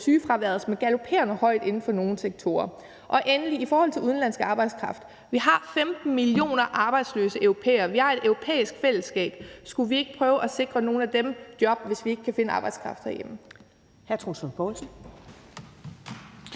sygefraværet, som er galoperende højt inden for nogle sektorer. Og endelig i forhold til udenlandsk kraft vil jeg sige, at vi har 15 millioner arbejdsløse europæere. Vi har et europæisk fællesskab. Skulle vi ikke prøve at sikre nogle af dem job, hvis vi ikke kan finde arbejdskraft herhjemme?